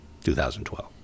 2012